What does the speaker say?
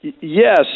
Yes